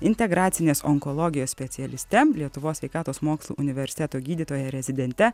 integracinės onkologijos specialiste lietuvos sveikatos mokslų universiteto gydytoja rezidente